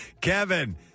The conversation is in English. Kevin